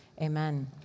amen